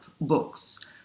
books